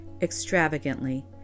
extravagantly